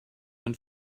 and